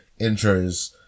intros